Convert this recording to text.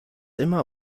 immer